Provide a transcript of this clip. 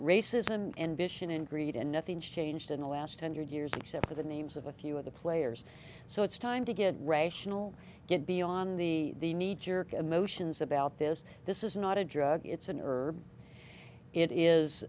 racism and bishan and greed and nothing's changed in the last hundred years except for the names of a few of the players so it's time to get rational get beyond the the knee jerk emotions about this this is not a drug it's an herb it is